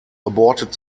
aborted